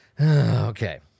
Okay